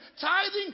Tithing